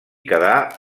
queda